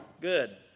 Good